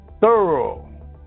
thorough